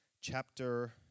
chapter